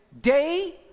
day